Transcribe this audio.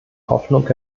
hoffnung